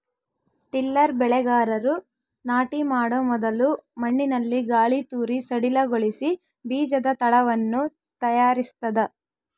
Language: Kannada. ಟಿಲ್ಲರ್ ಬೆಳೆಗಾರರು ನಾಟಿ ಮಾಡೊ ಮೊದಲು ಮಣ್ಣಿನಲ್ಲಿ ಗಾಳಿತೂರಿ ಸಡಿಲಗೊಳಿಸಿ ಬೀಜದ ತಳವನ್ನು ತಯಾರಿಸ್ತದ